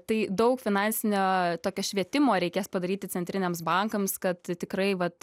tai daug finansinio tokio švietimo reikės padaryti centriniams bankams kad tikrai vat